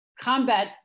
combat